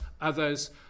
others